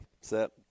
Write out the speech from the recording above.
set